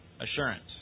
assurance